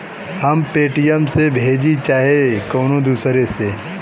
हम पेटीएम से भेजीं चाहे कउनो दूसरे से